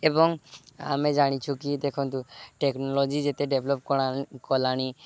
ଏବଂ ଆମେ ଜାଣିଛୁ କି ଦେଖନ୍ତୁ ଟେକ୍ନୋଲୋଜି ଯେତେ ଡେଭ୍ଲପ କଳା କଲାଣି